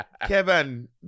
Kevin